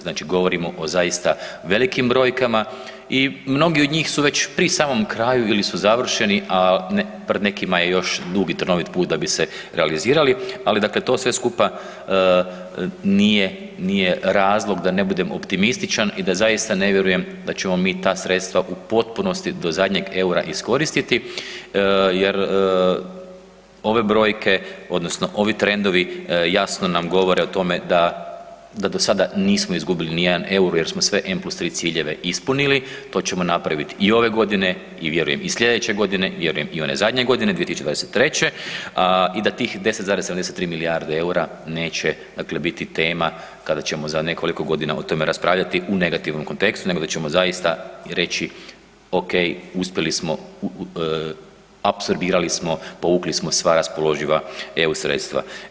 Znači govorimo o zaista velikim brojkama i mnogi od njih su već pri samom kraju ili su završeni, a pred nekima je još dug i trnovit put da bi se realizirali, ali dakle to sve skupa nije, nije razlog da ne budem optimističan i da zaista ne vjerujem da ćemo mi ta sredstva u potpunosti do zadnjeg EUR-a iskoristiti jer ove brojke odnosno ovi trendovi jasno nam govore o tome da do sada nismo izgubili ni jedan EUR-o jer smo sve N+3 ciljeve ispunili to ćemo napraviti i ove godine i vjerujem i slijedeće godine, vjerujem i one zadnje godine 2023. i da tih 10,73 milijarde EUR-a neće dakle biti tema kada ćemo za nekoliko godina o tome raspravljati u negativnom kontekstu nego da ćemo zaista reći, ok uspjeli smo, apsorbirali smo, povukli smo sva raspoloživa EU sredstva.